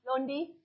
Londi